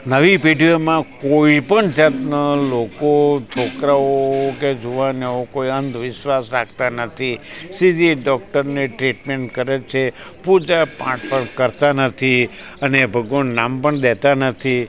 નવી પેઢીઓમાં કોઈપણ જાતના લોકો છોકરાઓ કે જુવાનો કોઈ અંધવિશ્વાસ રાખતા નથી સીધી એક ડૉક્ટરને ટ્રીટમેન્ટ કરે છે પૂજા પાઠ પણ કરતા નથી અને ભગવાનનું નામ પણ દેતા નથી